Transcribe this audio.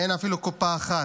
אין אפילו קופה אחת,